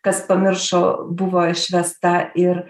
kas pamiršo buvo išvesta ir